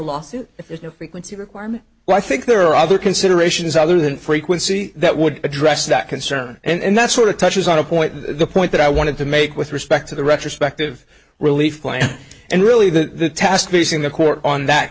lawsuit if there's no frequency requirement well i think there are other considerations other than frequency that would address that concern and that's sort of touches on a point the point that i wanted to make with respect to the retrospective relief plan and really the task facing the court on that